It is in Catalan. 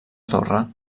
torre